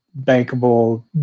bankable